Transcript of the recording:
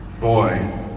boy